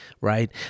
Right